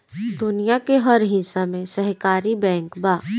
दुनिया के हर हिस्सा में सहकारी बैंक बा